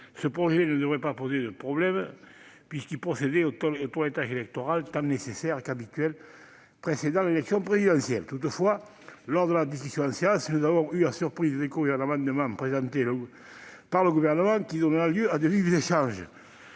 ce projet ne devait d'ailleurs pas poser de difficulté majeure, puisqu'il procédait au toilettage électoral, tant nécessaire qu'habituel, qui précède l'élection présidentielle. Toutefois, lors de sa discussion en séance, nous avons eu la surprise de découvrir un amendement présenté par le Gouvernement qui donna lieu à de vifs échanges.